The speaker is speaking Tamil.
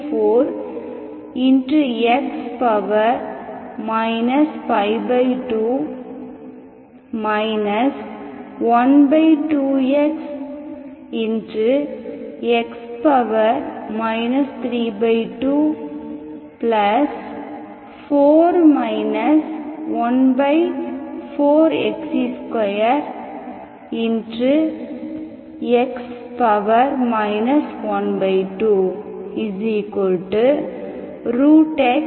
x 324 14x2x 12x